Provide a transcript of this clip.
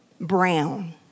brown